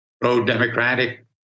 pro-democratic